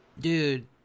Dude